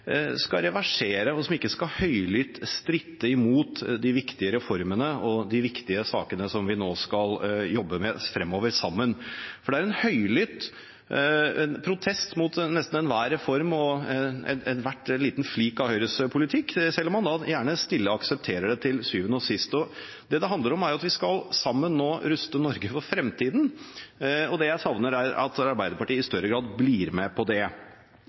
skal reversere, og som ikke høylytt skal stritte imot de viktige reformene og de viktige sakene som vi nå skal jobbe med sammen fremover. For det er en høylytt protest mot nesten enhver reform og enhver liten flik av Høyres politikk, selv om man gjerne stille aksepterer det til syvende og sist. Det som det handler om, er jo at vi nå sammen skal ruste Norge for fremtiden, og jeg savner at Arbeiderpartiet i større grad blir med på det.